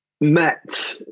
met